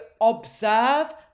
observe